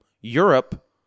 Europe